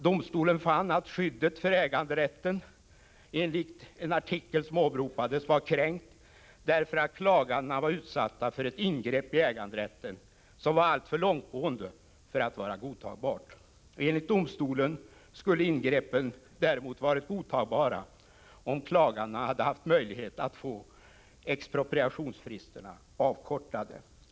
Domstolen fann att skyddet för äganderätten enligt en artikel som åberopades var kränkt, därför att klagandena var utsatta för ett ingrepp i äganderätten som var alltför långtgående för att vara godtagbart. Enligt domstolen skulle ingreppen däremot varit godtagbara om klagandena hade haft möjlighet att få expropriationsfristerna avkortade.